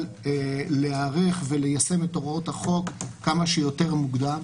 להיערך וליישם את הוראות החוק כמה שיותר מוקדם.